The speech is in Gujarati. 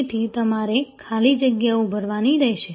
તેથી તમારે ખાલી જગ્યાઓ ભરવાની રહેશે